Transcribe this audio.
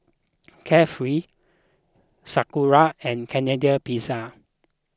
Carefree Sakura and Canadian Pizza